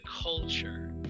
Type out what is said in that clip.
culture